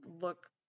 look